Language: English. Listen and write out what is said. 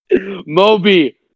Moby